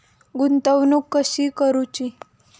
गुंतवणूक कशी करूची?